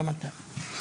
גם אתה.